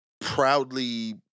proudly